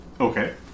Okay